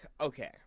okay